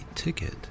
Ticket